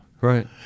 Right